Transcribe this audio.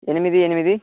ఎనిమిది ఎనిమిది